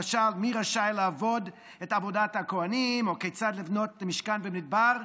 למשל מי רשאי לעבוד את עבודת הכוהנים או כיצד לבנות משכן במדבר,